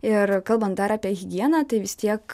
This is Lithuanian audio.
ir kalbant dar apie higieną tai vis tiek